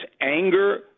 anger